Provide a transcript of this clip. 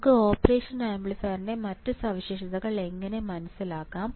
നമുക്ക് ഓപ്പറേഷൻ ആംപ്ലിഫയറിന്റെ മറ്റ് സവിശേഷതകൾ എങ്ങനെ മനസ്സിലാക്കാം